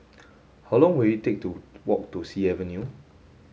how long will it take to walk to Sea Avenue